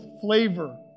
flavor